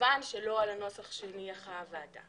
כמובן שלא על הנוסח שהניחה הוועדה,